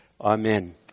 Amen